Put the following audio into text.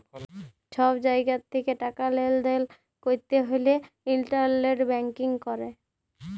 ছব জায়গা থ্যাকে টাকা লেলদেল ক্যরতে হ্যলে ইলটারলেট ব্যাংকিং ক্যরে